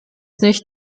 nicht